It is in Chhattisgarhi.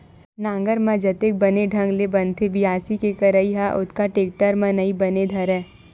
नांगर म जतेक बने ढंग ले बनथे बियासी के करई ह ओतका टेक्टर म नइ बने बर धरय